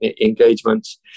engagements